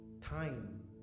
Time